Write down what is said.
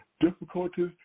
difficulties